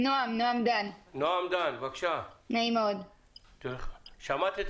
נעם דן, בבקשה, שמעת את